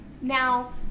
Now